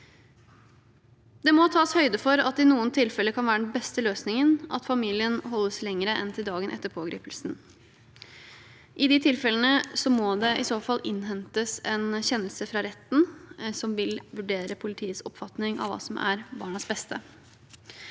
Det må tas høyde for at i noen tilfeller kan den beste løsningen være at familien holdes lenger enn til dagen etter pågripelsen. I de tilfellene må det i så fall innhentes en kjennelse fra retten, som vil vurdere politiets oppfatning av hva som er barnas beste.